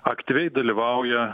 aktyviai dalyvauja